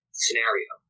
scenario